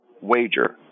wager